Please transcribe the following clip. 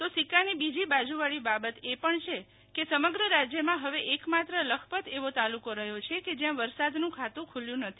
તો સિક્કાની બીજી બાજુવાળી બાબત એ પણ છે કે સમગ્ર રાજ્યમાં હવે એકમાત્ર લખપત એવો તાલુકો રહ્યો છે કે જ્યાં વરસાદનું ખાતું ખુલ્યું નથી